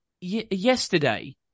yesterday